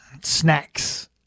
snacks